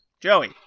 joey